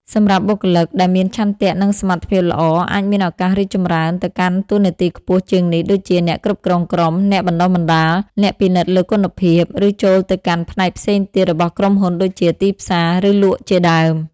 សម្រាប់បុគ្គលិកដែលមានឆន្ទៈនិងសមត្ថភាពល្អ អាចមានឱកាសរីកចម្រើនទៅកាន់តួនាទីខ្ពស់ជាងនេះ ដូចជា អ្នកគ្រប់គ្រងក្រុម អ្នកបណ្ដុះបណ្ដាល អ្នកពិនិត្យលើគុណភាព ឬចូលទៅកាន់ផ្នែកផ្សេងទៀតរបស់ក្រុមហ៊ុនដូចជា ទីផ្សារ ឬលក់ជាដើម។